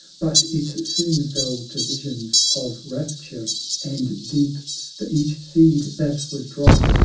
but it soon fell to visions of rapture and deep for each seed that was dropped,